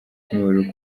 kimihurura